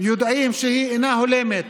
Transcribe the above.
יודעים שאינה הולמת